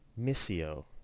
missio